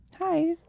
Hi